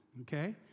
okay